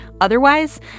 otherwise